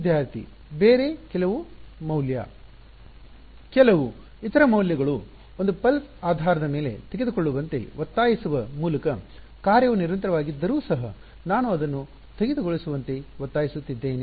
ವಿದ್ಯಾರ್ಥಿ ಬೇರೆ ಕೆಲವು ಮೌಲ್ಯ ಕೆಲವು ಇತರ ಮೌಲ್ಯಗಳು ಒಂದು ನಾಡಿ ಪಲ್ಸ್ ಆಧಾರದ ಮೇಲೆ ತೆಗೆದುಕೊಳ್ಳುವಂತೆ ಒತ್ತಾಯಿಸುವ ಮೂಲಕ ಕಾರ್ಯವು ನಿರಂತರವಾಗಿದ್ದರೂ ಸಹ ನಾನು ಅದನ್ನು ಸ್ಥಗಿತಗೊಳಿಸುವಂತೆ ಒತ್ತಾಯಿಸುತ್ತಿದ್ದೇನೆ